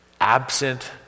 absent